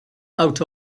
out